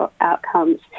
outcomes